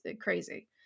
crazy